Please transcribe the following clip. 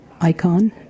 icon